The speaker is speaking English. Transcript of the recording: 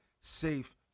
safe